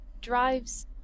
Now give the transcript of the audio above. drives